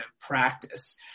practice